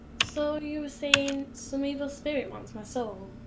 so you're saying some evil spirit wants my soul?